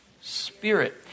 Spirit